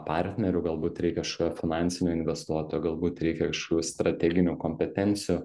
partnerių galbūt reikia kažkokio finansinio investuotojo galbūt reikia kažkokių strateginių kompetencijų